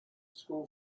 school